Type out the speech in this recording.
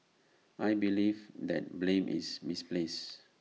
I believe that blame is misplaced